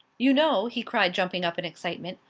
you know, he cried, jumping up in excitement,